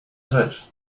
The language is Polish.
rzecz